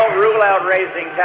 um rule out raising yeah